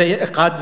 זה אחד,